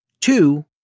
Two